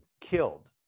killed